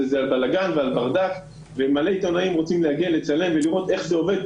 הרבה עיתונאים רוצים להגיע לצלם ולראות איך זה עובד.